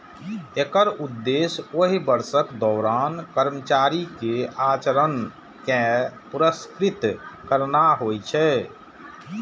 एकर उद्देश्य ओहि वर्षक दौरान कर्मचारी के आचरण कें पुरस्कृत करना होइ छै